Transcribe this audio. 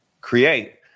create